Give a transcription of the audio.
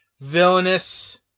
villainous